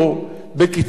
בקיצור,